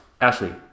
Ashley